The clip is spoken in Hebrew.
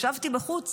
ישבתי בחוץ